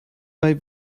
bei